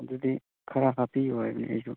ꯑꯗꯨꯗꯤ ꯈꯔ ꯍꯥꯞꯄꯤꯎ ꯍꯥꯏꯕꯅꯤ ꯑꯩꯁꯨ